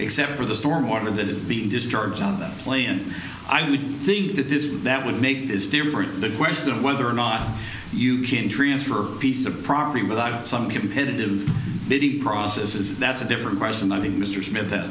except for the storm water that is being discharged on that play and i would think that this would that would make this different the question of whether or not you can transfer piece of property without some competitive bidding process is that's a different question i mean mr smith ha